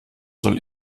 soll